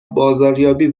بازاریابی